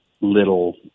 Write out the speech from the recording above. little